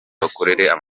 bakorera